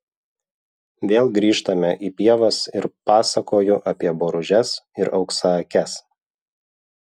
vėl grįžtame į pievas ir pasakoju apie boružes ir auksaakes